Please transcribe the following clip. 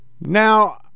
Now